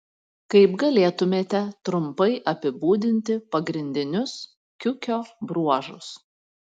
kaip galėtumėte trumpai apibūdinti pagrindinius kiukio bruožus